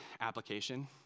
application